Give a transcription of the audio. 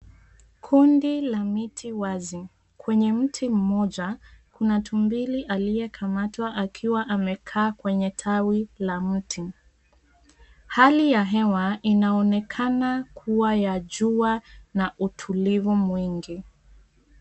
Kundi la miti wazi. Kwenye mti mmoja kuna tumbili aliyekamatwa akiwa amekaa kwenye tawi la mti. Hali ya hewa inaonekana kuwa ya jua na utulivu mwingi.